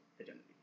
identity